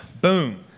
boom